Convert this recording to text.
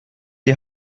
die